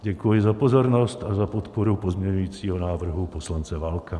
Děkuji za pozornost a za podporu pozměňovacího návrhu poslance Válka.